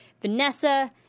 Vanessa